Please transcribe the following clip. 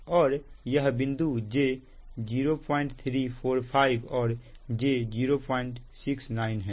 और यह बिंदु j0345 और j069 है